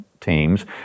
teams